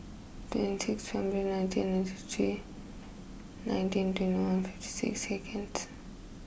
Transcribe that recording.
twenty six February nineteen ninety three nineteen twenty one fifty six seconds